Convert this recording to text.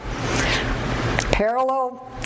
Parallel